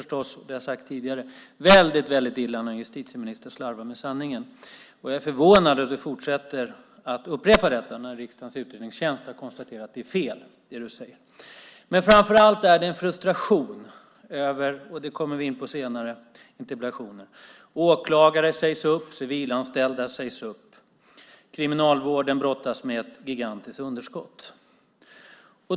Som vi har sagt tidigare är det förstås väldigt illa när en justitieminister slarvar med sanningen. Jag är förvånad över att du fortsätter att upprepa detta när riksdagens utredningstjänst har konstaterat att det du säger är fel. För det andra, och framför allt, finns det en frustration över detta. Vi kommer in på det i senare interpellationer. Åklagare sägs upp, och civilanställda sägs upp. Kriminalvården brottas med ett gigantiskt underskott.